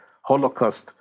Holocaust